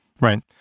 Right